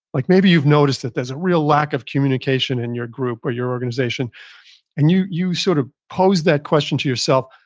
like maybe you've noticed that there's a real lack of communication in your group or your organization and you you sort of pose that question to yourself.